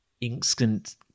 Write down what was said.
instant